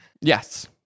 Yes